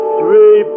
three